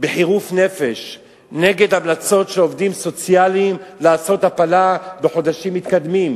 בחירוף נפש נגד המלצות של עובדים סוציאליים לעשות הפלה בחודשים מתקדמים.